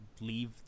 leave